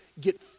get